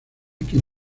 quien